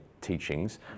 teachings